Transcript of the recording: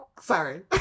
Sorry